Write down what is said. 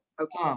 okay